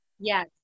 yes